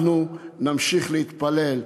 אנחנו נמשיך להתפלל.